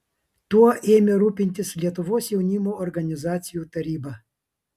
tuo ėmė rūpintis lietuvos jaunimo organizacijų taryba